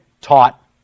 taught